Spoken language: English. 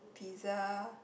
pizza